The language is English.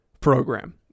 program